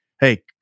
hey